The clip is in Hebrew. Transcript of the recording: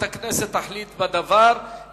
בעד, אין מתנגדים ואין נמנעים.